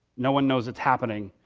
no one knows it's happening,